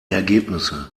ergebnisse